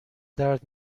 درد